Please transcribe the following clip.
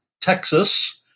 Texas